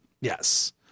Yes